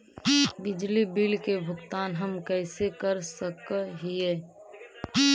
बिजली बिल के भुगतान हम कैसे कर सक हिय?